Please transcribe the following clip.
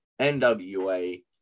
NWA